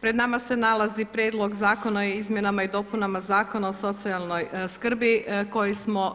Pred nama se nalazi Prijedlog zakona o izmjenama i dopunama Zakona o socijalnoj skrbi koji smo